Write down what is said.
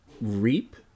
reap